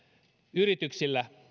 yrityksillä